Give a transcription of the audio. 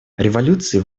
революции